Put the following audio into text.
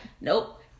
Nope